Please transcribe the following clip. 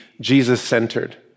Jesus-centered